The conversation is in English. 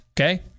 Okay